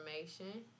information